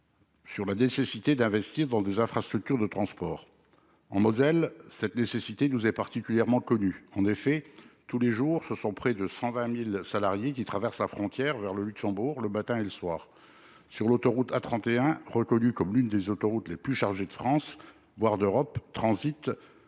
sur la nécessité d'investir dans des infrastructures de transports. En Moselle, cette nécessité nous est particulièrement connue. En effet, tous les jours, ce sont près de 120 000 salariés qui traversent la frontière vers le Luxembourg le matin et le soir. Sur l'autoroute A31, reconnue comme l'une des plus chargées de France, voire d'Europe, transitent